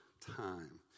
time